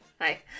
hi